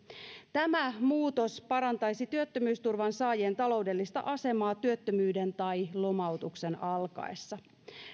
tämä muutos parantaisi työttömyysturvan saajien taloudellista asemaa työttömyyden tai lomautuksen alkaessa